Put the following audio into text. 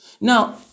Now